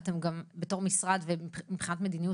אתם גם בתור משרד ומבחינת מדיניות,